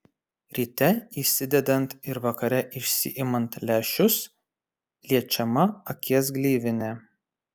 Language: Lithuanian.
ryte įsidedant ir vakare išsiimant lęšius liečiama akies gleivinė